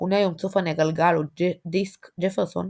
המכונה היום צופן הגלגל או דיסק ג'פרסון,